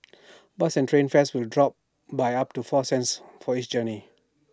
bus and train fares will drop by up to four cents for each journey